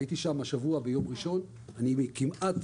הייתי שם השבוע ביום ראשון, וכמעט